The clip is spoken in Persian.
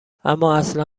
امااصلا